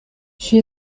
she